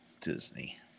Disney